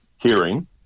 hearing